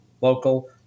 local